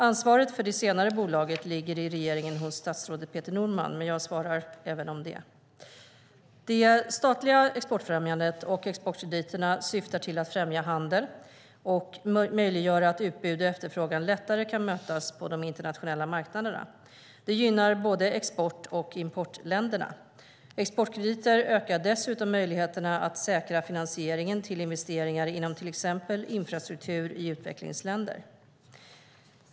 Ansvaret för det senare bolaget ligger i regeringen hos statsrådet Peter Norman, men jag svarar även om det. Det statliga exportfrämjandet och exportkrediterna syftar till att främja handel och möjliggöra att utbud och efterfrågan lättare kan mötas på de internationella marknaderna. Det gynnar både export och importländerna. Exportkrediter ökar dessutom möjligheterna att säkra finansieringen till investeringar inom till exempel infrastruktur i utvecklingsländer.